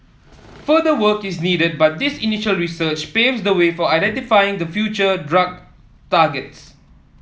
further work is needed but this initial research paves the way for identifying the future drug targets